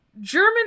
German